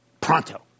pronto